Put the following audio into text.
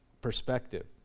perspective